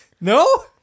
no